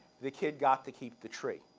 the kid got to keep the tree.